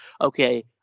okay